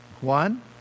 One